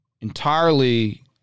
Entirely